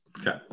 Okay